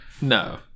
No